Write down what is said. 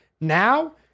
Now